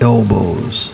Elbows